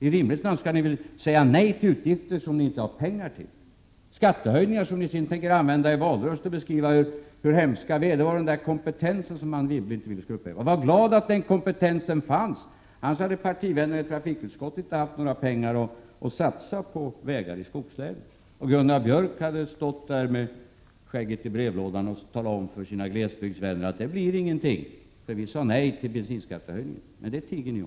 I rimlighetens namn skall ni väl säga nej till utgifter som ni inte har pengar till och som leder till skattehöjningar som ni sedan tänker använda i valrörelsen för att beskriva hur hemska vi är. Det handlar om den kompetens som Anne Wibble inte ville att vi skulle behöva uppleva igen. Var glad att den kompetensen finns, annars hade partivännerna i trafikutskottet inte haft några pengar att satsa på vägar i skogslänen. Då hade Gunnar Björk fått stå där med skägget i brevlådan och tala om för sina glesbygdsvänner att det inte blev någonting, eftersom centern sade nej till bensinskattehöjningen. Men det tiger ni om.